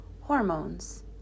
Hormones